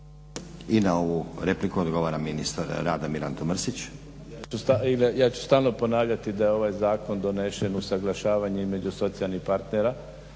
I na ovu repliku odgovara ministar rada Mirando Mrsić. **Mrsić, Mirando (SDP)** Ja ću stalno ponavljati da je ovaj zakon donesen usuglašavanjem međusocijalnih partnera,